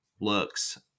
looks